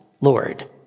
Lord